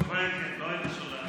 התשובה היא, לא היית שולח.